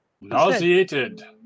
Nauseated